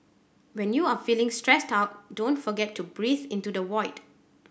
when you are feeling stressed out don't forget to breathe into the void